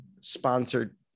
sponsored